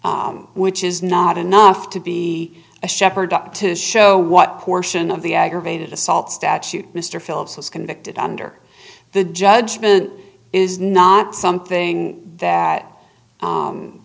which is not enough to be a shepherd to show what portion of the aggravated assault statute mr phillips was convicted under the judgment is not something that